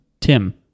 Tim